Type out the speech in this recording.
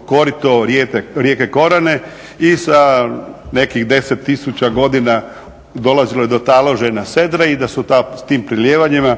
korito rijeke Korane i sa nekih 10 tisuća godina dolazilo je do taloženja sedre i da su tim prelijevanjima